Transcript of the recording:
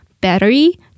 battery